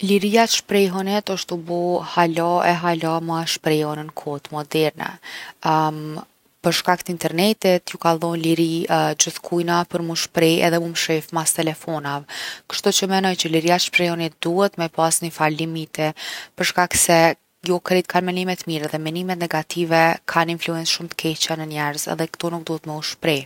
Liria e t’shprehunit osht tu u bo hala e hala e ma e shprehun n’kohët modern. për shkak t’internetit ju ka dhon liri gjithkujna për mu shpreh edhe mu mshef mas telefonave. Kshtuqe menoj që liria e t’shprehunit duhet me pas nifar limiti për shkak se jo krejt kan menime t’mirë edhe menimet negative kan influencë shumë t’keqe n’njerz edhe kto nuk duhet me u shpreh.